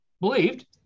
believed